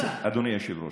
אדוני היושב-ראש,